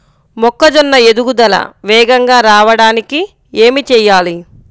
మొక్కజోన్న ఎదుగుదల వేగంగా రావడానికి ఏమి చెయ్యాలి?